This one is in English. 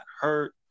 hurt